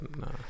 No